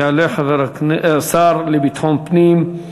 יעלה השר לביטחון פנים,